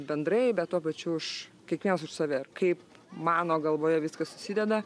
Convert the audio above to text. bendrai bet tuo pačiu už kiekvienas už save kaip mano galvoje viskas susideda